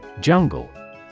Jungle